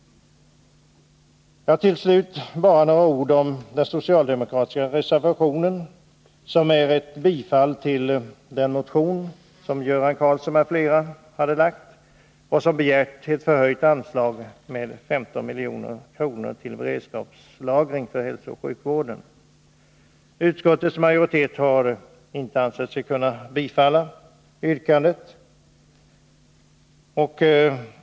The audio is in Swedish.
Till slut vill jag säga några ord om den socialdemokratiska reservationen, som innebär ett bifall till den motion som Göran Karlsson m.fl. har väckt och där det begärts ett med 15 milj.kr. förhöjt anslag till Beredskapslagring för hälsooch sjukvården m.m. Utskottets majoritet har inte ansett sig kunna biträda yrkandet.